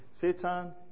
Satan